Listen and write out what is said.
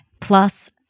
Plus